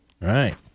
Right